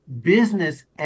business